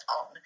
on